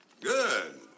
Good